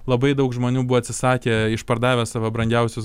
labai daug žmonių buvo atsisakę išpardavę savo brangiausius